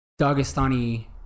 Dagestani